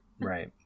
Right